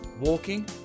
Walking